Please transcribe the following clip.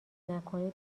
نکنی